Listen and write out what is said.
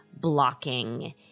blocking